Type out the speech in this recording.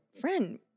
friend